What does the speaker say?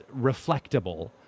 reflectable